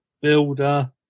Builder